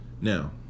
Now